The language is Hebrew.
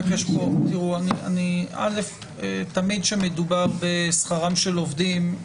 תמיד כשמדובר בשכרם של עובדים,